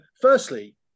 firstly